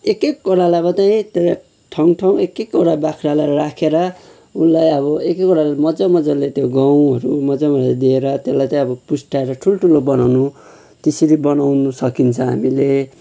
एक एकवटालाई मात्रै त्यसलाई ठाउँ ठाउँ एक एकवटा बाख्रालाई राखेर उसलाई अब एक एकवटा मजा मजाले त्यो गहुँहरू मजा मजाले दिएर त्यसलाई चाहिँ अब पुस्टाएर ठुल्ठुलो बनाउनु त्यसरी बनाउनु सकिन्छ हामीले